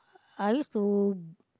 I used to